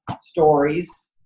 stories